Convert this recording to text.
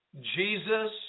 Jesus